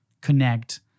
connect